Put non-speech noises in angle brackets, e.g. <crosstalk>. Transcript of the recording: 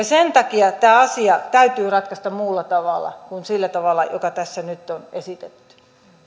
<unintelligible> sen takia tämä asia täytyy ratkaista muulla tavalla kuin sillä tavalla joka tässä nyt on esitetty